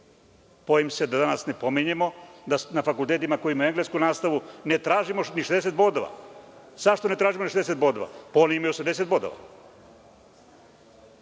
Bojim se da danas ne pominjemo da na fakultetima koji imaju englesku nastavu ne tražimo ni 60 bodova. Zašto ne tražimo ni 60 bodova? Pa oni imaju 80 bodova. Znači,